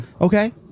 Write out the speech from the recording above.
Okay